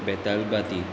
Betalbatim